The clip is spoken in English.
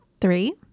Three